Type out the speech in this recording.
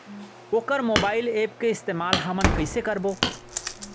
वोकर mobile app के इस्तेमाल हमन कइसे करबो?